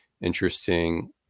interesting